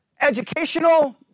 educational